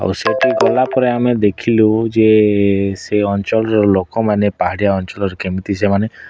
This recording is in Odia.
ଆଉ ସେଠି ଗଲା ପରେ ଆମେ ଦେଖିଲୁ ଯେ ସେ ଅଞ୍ଚଳର ଲୋକମାନେ ପାହାଡ଼ିଆ ଅଞ୍ଚଳର କେମିତି ସେମାନେ